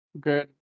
Good